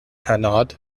hanaud